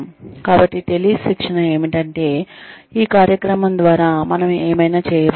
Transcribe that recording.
కాబట్టి టెలీ శిక్షణ ఏమిటంటే ఈ కార్యక్రమం ద్వారా మనం ఏమైనా చేయబోతున్నాం